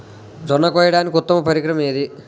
జొన్న కోయడానికి ఉత్తమ పరికరం ఏది?